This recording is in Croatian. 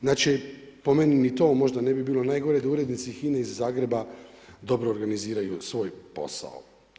Znači, po meni ne to možda ne bi bilo najgore, da urednici HINA-e iz Zagreba dobro organiziraju svoj posao.